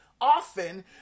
often